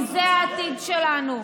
כי זה העתיד שלנו.